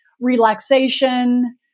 relaxation